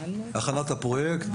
בהכנת הפרויקט,